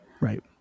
right